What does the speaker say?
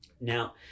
now